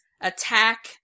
Attack